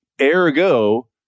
ergo